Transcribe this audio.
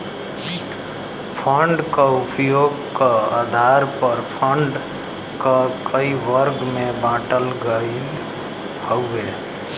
fund क उपयोग क आधार पर फण्ड क कई वर्ग में बाँटल गयल हउवे